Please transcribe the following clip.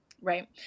Right